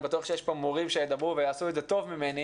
אני בטוח שיש פה מורים שידברו ויעשו את זה טוב ממני,